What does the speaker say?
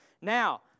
Now